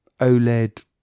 OLED